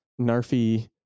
Narfi